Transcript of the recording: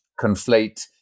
conflate